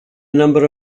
number